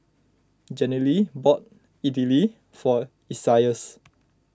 Jenilee bought Idili for Isaias